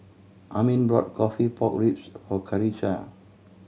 Armin brought coffee pork ribs for Karissa